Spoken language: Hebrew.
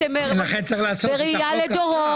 לכן צריך לחוקק את החוק עכשיו.